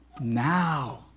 Now